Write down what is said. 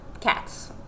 Cats